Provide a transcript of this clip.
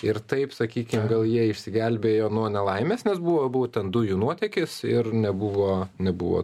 ir taip sakykim gal jie išsigelbėjo nuo nelaimės nes buvo būtent dujų nuotėkis ir nebuvo nebuvo